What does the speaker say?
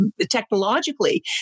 Technologically